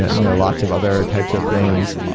you know lots of other types of things.